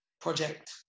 project